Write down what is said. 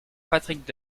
patrick